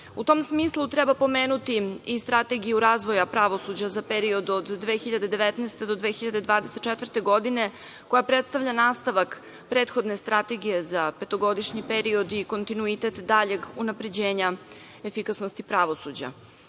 tom smislu treba pomenut i Strategiju razvoja pravosuđa za period od 2019. do 2024. godine, koja predstavlja nastavak prethodne strategije za petogodišnji period i kontinuitet daljeg unapređenja efikasnosti pravosuđa. Ako